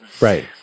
Right